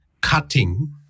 cutting